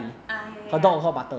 ah ya ya ya